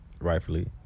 rightfully